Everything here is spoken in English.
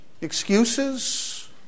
excuses